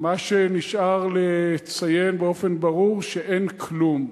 מה שנשאר לציין באופן ברור, שאין כלום.